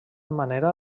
manera